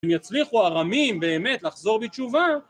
אם יצליחו ארמים באמת לחזור בתשובה